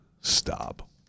stop